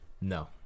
no